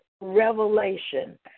revelation